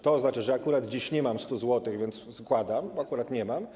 To oznacza, że akurat dziś nie mam 100 zł, więc składam, bo akurat nie mam.